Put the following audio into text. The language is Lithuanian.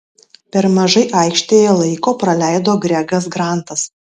per mažai aikštėje laiko praleido gregas grantas